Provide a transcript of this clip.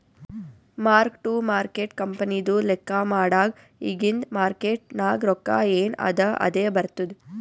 mark to market ಕಂಪನಿದು ಲೆಕ್ಕಾ ಮಾಡಾಗ್ ಇಗಿಂದ್ ಮಾರ್ಕೇಟ್ ನಾಗ್ ರೊಕ್ಕಾ ಎನ್ ಅದಾ ಅದೇ ಬರ್ತುದ್